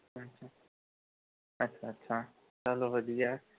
ਹੂੰ ਹੂੰ ਅੱਛਾ ਅੱਛਾ ਚਲੋ ਵਧੀਆ